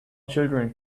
children